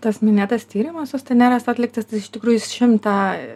tas minėtas tyrimas susteneros atliktas iš tikrųjų jis šimtą